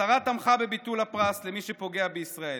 השרה תמכה בביטול הפרס למי שפוגע בישראל.